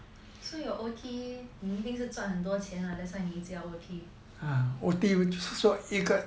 so your O_T 你一定是赚很多钱啊 that's why 你一直要 O_T